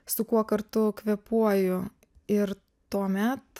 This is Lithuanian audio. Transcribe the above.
su kuo kartu kvėpuoju ir tuomet